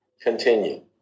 continue